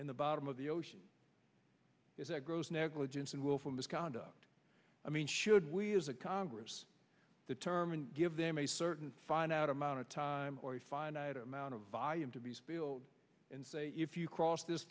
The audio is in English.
in the bottom of the ocean is that gross negligence and willful misconduct i mean should we as a congress the term and give them a certain find out amount of time or a finite amount of volume to be spilled and say if you cross th